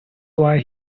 why